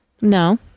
No